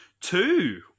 two